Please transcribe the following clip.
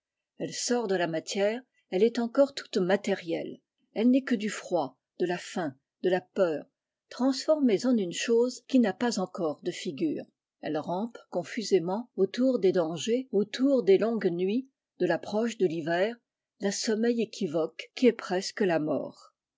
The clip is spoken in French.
elle sort de la matière elle est encore toute matérielle elle n'est que du froid de la faim de la peur transformés en une chose qui n'a pas encore de figure elle rampe confusément autour des grands dangers autour des longues nuits de l'approche de l'hiver d'un sommeil équivoque qui est presque la mort